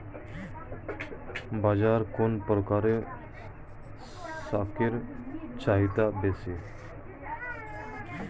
বাজারে কোন প্রকার শাকের চাহিদা বেশী?